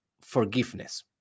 forgiveness